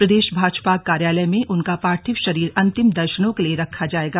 प्रदेश भाजपा कार्यालय में उनका पार्थिव शरीर अंतिम दर्शनों के लिए रखा जाएगा